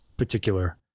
particular